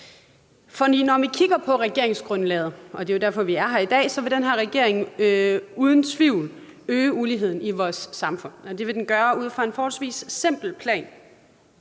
For når vi kigger på regeringsgrundlaget – og det er jo derfor, vi er her i dag – kan vi se, at den her regering uden tvivl vil øge uligheden i vores samfund, og det vil man gøre ud fra en forholdsvis simpel plan: